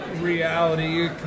reality